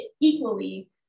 equally